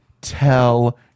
tell